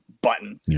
button